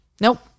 Nope